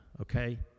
okay